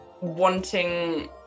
wanting